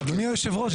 אדוני יושב-הראש,